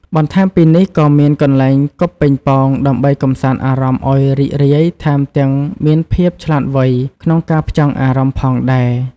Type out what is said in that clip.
បន្ថែមពីនេះ ក៏មានកន្លែងគប់ប៉េងប៉ោង ដើម្បីកំសាន្តអារម្មណ៍អោយរីករាយ ថែមទាំងមានភាពឆ្លាតវ័យក្នុងការផ្ចង់អារម្មណ៍ផងដែរ។